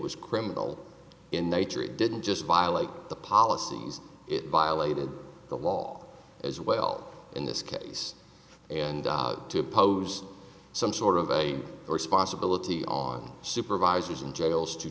was criminal in nature it didn't just violate the policies it violated the law as well in this case and to impose some sort of a responsibility on supervisors in jails to